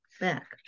back